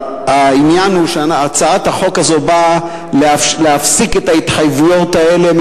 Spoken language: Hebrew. העניין הוא שהצעת החוק הזאת באה להפסיק את ההתחייבויות האלה,